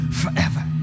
forever